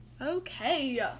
Okay